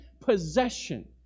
possession